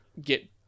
get